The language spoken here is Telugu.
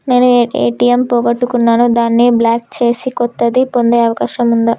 నేను ఏ.టి.ఎం పోగొట్టుకున్నాను దాన్ని బ్లాక్ చేసి కొత్తది పొందే అవకాశం ఉందా?